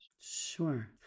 Sure